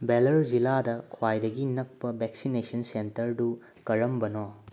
ꯚꯦꯜꯂꯔ ꯖꯤꯜꯂꯥꯗ ꯈ꯭ꯋꯥꯏꯗꯒꯤ ꯅꯛꯄ ꯚꯦꯛꯁꯤꯅꯦꯁꯟ ꯁꯦꯟꯇꯔꯗꯨ ꯀꯔꯝꯕꯅꯣ